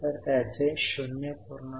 तर त्याचे 0